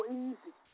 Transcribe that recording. easy